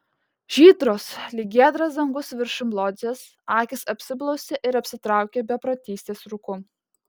žydros lyg giedras dangus viršum lodzės akys apsiblausė ir apsitraukė beprotystės rūku